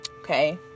Okay